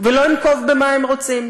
ולא אנקוב במה הם רוצים,